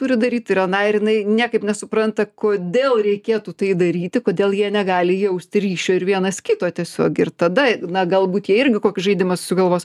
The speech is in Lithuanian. turi daryt ir aną ir jinai niekaip nesupranta kodėl reikėtų tai daryti kodėl jie negali jausti ryšio ir vienas kito tiesiog ir tada na galbūt jie irgi kokį žaidimą susigalvos